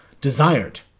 desired